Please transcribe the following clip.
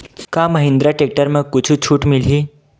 का महिंद्रा टेक्टर म कुछु छुट मिलही?